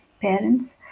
parents